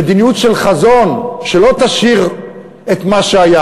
מדיניות של חזון, שלא תשאיר את מה שהיה.